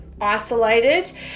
isolated